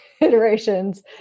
iterations